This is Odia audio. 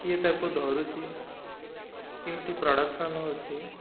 କିଏ ତାକୁ ଧରୁଛି କେମିତି ପ୍ରଡ଼କ୍ସନ ହେଉଛି